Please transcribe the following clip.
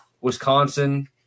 Wisconsin